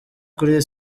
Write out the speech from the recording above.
kuri